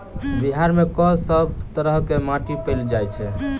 बिहार मे कऽ सब तरहक माटि पैल जाय छै?